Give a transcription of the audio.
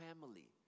family